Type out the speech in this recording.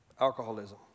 alcoholism